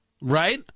Right